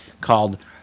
called